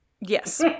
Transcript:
Yes